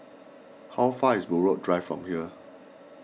how far away is Buroh Drive from here